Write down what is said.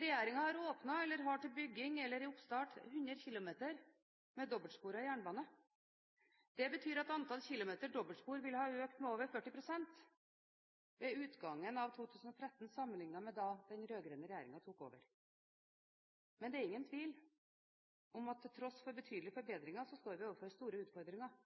Regjeringen har åpnet, eller har til bygging eller i oppstart, 100 km med dobbeltsporet jernbane. Det betyr at antall kilometer dobbeltspor vil ha økt med over 40 pst. ved utgangen av 2013 sammenlignet med da den rød-grønne regjeringen tok over. Men det er ingen tvil om at til tross for betydelige forbedringer, står vi overfor store utfordringer.